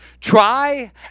Try